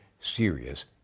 serious